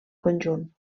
conjunt